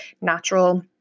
natural